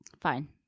fine